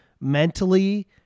mentally